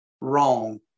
wrong